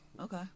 Okay